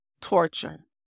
torture